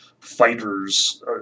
fighters